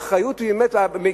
האחריות היא באמת עלינו,